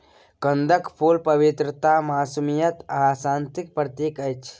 कंदक फुल पवित्रता, मासूमियत आ शांतिक प्रतीक अछि